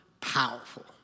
powerful